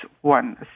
one